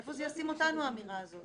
איפה תשים אותנו האמירה הזאת?